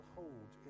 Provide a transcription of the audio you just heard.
hold